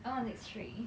I'm one six three